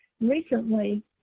recently